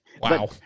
Wow